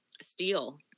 steel